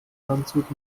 landshut